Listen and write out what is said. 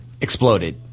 exploded